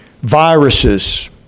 viruses